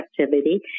activity